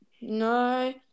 No